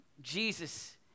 Jesus